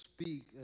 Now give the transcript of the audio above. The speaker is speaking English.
speak